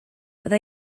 bydda